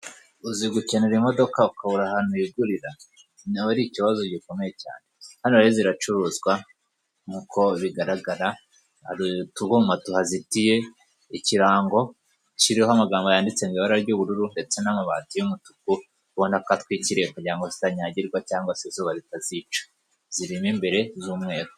Uzi gukenera imodoka ukabura ahantu uyigurira, aba ari ikibazo gikomeye cyane, hano rero ziracuruzwa nk'uko bigaragara hari utubuma tuhazitiye, ikirango kiriho amagambo yanditse ibara ry'ubururu ndetse n'amabati y'umutuku ubona ko atwikiriye kugira ngo zitanyagirwa cyangwa se izuba ritazica, zirimo imbere z'umweru.